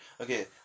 okay